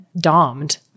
domed